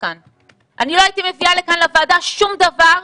אני לא הייתי מביאה לכאן לוועדה שום דבר,